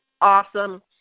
awesome